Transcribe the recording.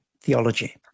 theology